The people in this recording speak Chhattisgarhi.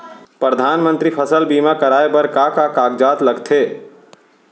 परधानमंतरी फसल बीमा कराये बर का का कागजात लगथे?